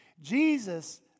Jesus